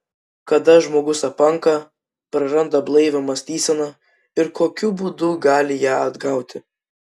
kada žmogus apanka praranda blaivią mąstyseną ir kokiu būdu gali ją atgauti